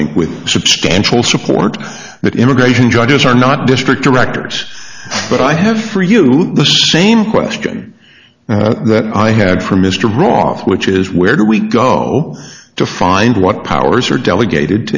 think with substantial support that immigration judges are not district to records but i have for you the same question that i had for mr roth which is where do we go to find what powers are delegated